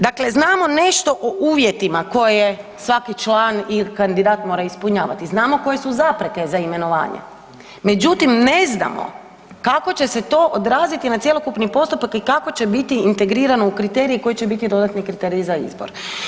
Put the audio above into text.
Dakle znamo nešto o uvjetima koje svaki član ili kandidat mora ispunjavati, znamo koje su zapreke za imenovanje, međutim, ne znamo kako će se to odraziti na cjelokupni postupak i kako će bit integrirano u kriterij koji će biti dodatni kriterij za izbor.